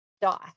die